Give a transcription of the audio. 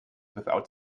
without